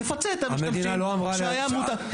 תפצה את המשתמשים שהיה מותר.